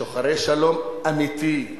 שוחרי שלום אמיתי,